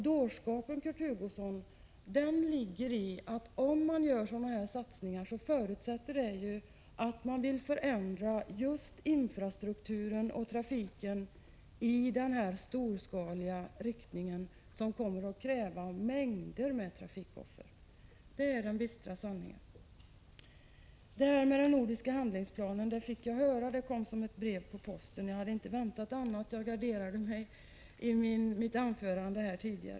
Dårskapen, Kurt Hugosson, ligger i att det om man vill göra sådana här satsningar förutsätts att man är villig att förändra just infrastrukturen och trafiken i riktning mot en storskalighet som kommer att kräva mängder av trafikoffer. Det är den bistra sanningen. Jag fick höra om detta med den nordiska handlingsplanen. Det kom som ett brev på posten. Jag hade inte väntat mig annat, och jag garderade mig i mitt anförande.